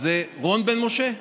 זה רון בן משה?